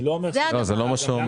אני לא אומר שגם לנו מותר,